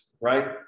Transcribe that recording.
right